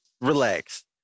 Relax